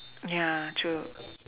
ya true